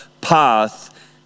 path